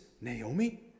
Naomi